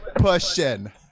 pushing